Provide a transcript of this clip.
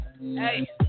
Hey